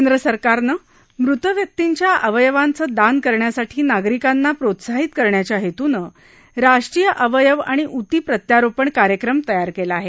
केंद्र सरकारनं मृत व्यक्तींच्या अवयवांचं दान करण्यासाठी नागरिकांना प्रोत्साहीत करण्याच्या हेतूनं राष्ट्रीय अवयव आणि ऊती प्रत्यारोपण कार्यक्रम तयार केला आहे